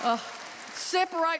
Separate